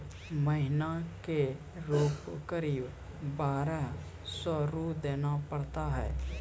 महीना के रूप क़रीब बारह सौ रु देना पड़ता है?